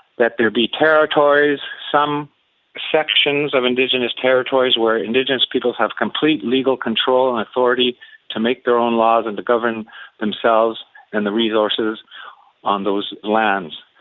that there be territories, some sections of indigenous territories where indigenous people have complete legal control and authority to make their own laws and to govern themselves and the resources on those lands.